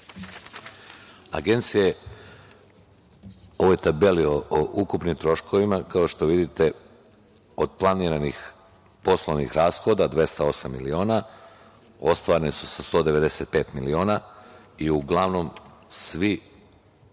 je u ovoj tabeli o ukupnim troškovima, kao što vidite, od planiranih poslovnih rashoda 208 miliona, ostvareni su sa 195 miliona i uglavnom svi,